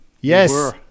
Yes